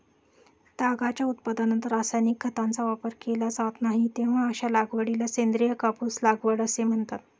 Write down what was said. तागाच्या उत्पादनात रासायनिक खतांचा वापर केला जात नाही, तेव्हा अशा लागवडीला सेंद्रिय कापूस लागवड असे म्हणतात